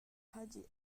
hagi